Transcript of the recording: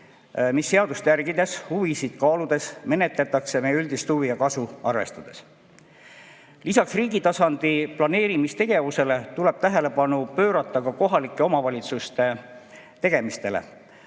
mida seadust järgides, huvisid kaaludes menetletakse meie üldist huvi ja kasu arvestades. Lisaks riigi tasandi planeerimistegevusele tuleb tähelepanu pöörata ka kohalike omavalitsuste tegemistele.